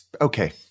Okay